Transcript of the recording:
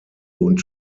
und